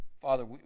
Father